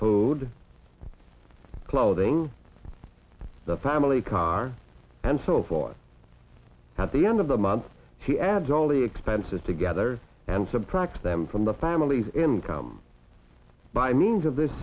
food clothing the family car and so forth at the end of the month he adds all the expenses together and subtract them from the family income by means of this